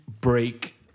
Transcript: break